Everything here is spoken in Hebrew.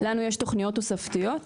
לנו יש תוכניות תוספתיות,